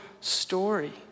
story